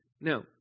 Now